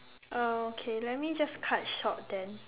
okay let me just cut short then